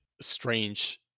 strange